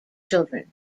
children